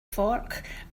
fork